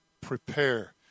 prepare